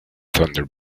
thunder